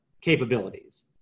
capabilities